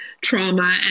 trauma